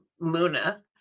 Luna